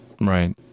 Right